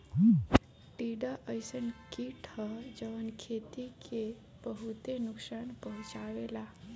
टिड्डा अइसन कीट ह जवन खेती के बहुते नुकसान पहुंचावेला